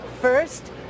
First